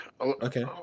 Okay